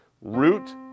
root